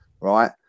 right